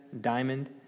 diamond